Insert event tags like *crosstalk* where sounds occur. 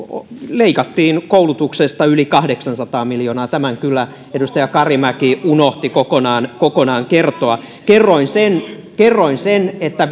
leikattiin koulutuksesta yli kahdeksansataa miljoonaa tämän kyllä edustaja karimäki unohti kokonaan kokonaan kertoa kerroin sen kerroin sen että *unintelligible*